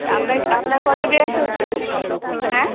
আপনার আপনার কটা ড্রেস হয়েছে অ্যাঁ